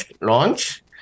launch